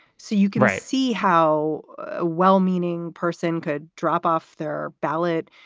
so you can see how ah well-meaning person could drop off their ballot,